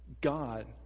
God